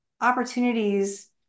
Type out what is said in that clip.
opportunities